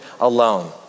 alone